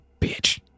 bitch